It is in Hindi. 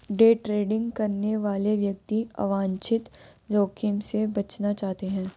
डे ट्रेडिंग करने वाले व्यक्ति अवांछित जोखिम से बचना चाहते हैं